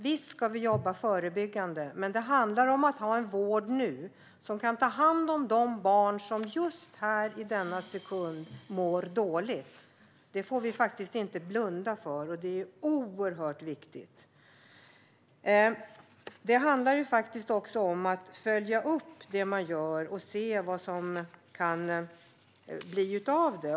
Visst ska vi jobba förebyggande, men det handlar om att nu ha en vård som kan ta hand om de barn som just nu, i denna sekund, mår dåligt. Det får vi faktiskt inte blunda för, och det är oerhört viktigt. Det handlar också om att följa upp det man gör och se vad som kan bli av det.